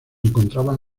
encontraban